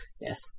Yes